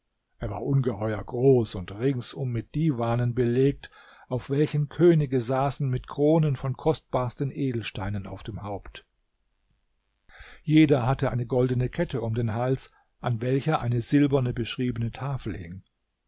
er war ungeheuer groß und ringsum mit divanen belegt auf welchen könige saßen mit kronen von den kostbarsten edelsteinen auf dem haupt jeder hatte eine goldene kette um den hals an welcher eine silberne beschriebene tafel hing